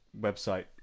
website